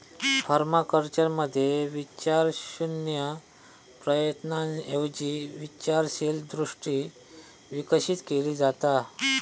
पर्माकल्चरमध्ये विचारशून्य प्रयत्नांऐवजी विचारशील दृष्टी विकसित केली जाता